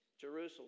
Jerusalem